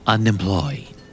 Unemployed